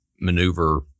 maneuver